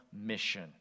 mission